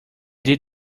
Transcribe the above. did